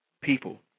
People